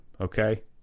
okay